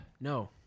No